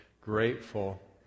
grateful